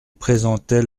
présentait